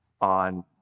on